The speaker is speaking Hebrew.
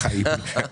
בחיים לא.